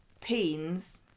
teens